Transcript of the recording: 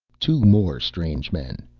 two more strange men,